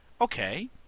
Okay